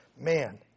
Man